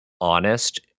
honest